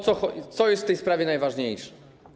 Co jest w tej sprawie najważniejsze?